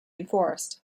enforced